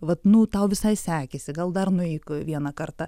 vat nu tau visai sekėsi gal dar nueik vieną kartą